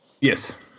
Yes